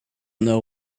know